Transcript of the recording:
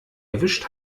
erwischt